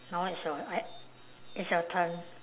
now it's your I it's your turn